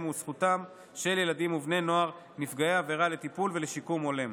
וזכותם של ילדים ובני נוער נפגעי עבירה לטיפול ולשיקום הולם.